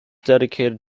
dedicated